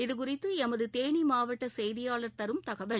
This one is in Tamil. இதுகுறித்துளமதுதேனிமாவட்டசெய்தியாளர் தரும் தகவல்